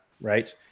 Right